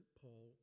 Paul